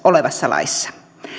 olevassa laissa